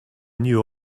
new